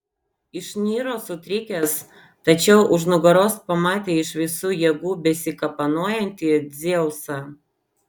išniro sutrikęs tačiau už nugaros pamatė iš visų jėgų besikapanojantį dzeusą